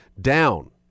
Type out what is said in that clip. down